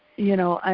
you know